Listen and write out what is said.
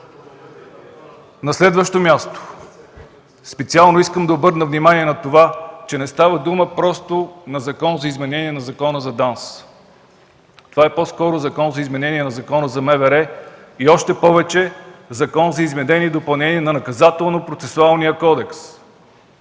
На следващо място, специално искам да обърна внимание на това, че не става дума просто за Закон за изменение и допълнение на Закона за ДАНС. Това е по-скоро Закон за изменение на Закона за МВР и още повече – Закон за изменение и допълнение на Наказателно-процесуалния кодекс.